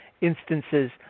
instances